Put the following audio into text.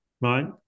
Right